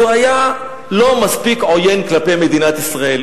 שהיה לא מספיק עוין כלפי מדינת ישראל.